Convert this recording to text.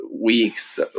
weeks